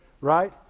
Right